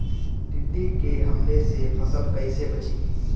टिड्डी के हमले से फसल कइसे बची?